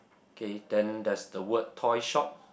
okay then there's the word toy shop